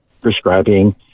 prescribing